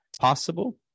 possible